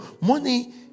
money